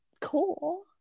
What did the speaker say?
cool